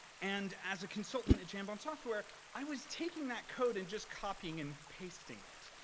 and as a consultant at jambon software i was taking that code and just copying and pasting it.